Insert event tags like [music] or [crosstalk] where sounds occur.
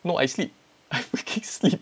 no I sleep [laughs] I sleep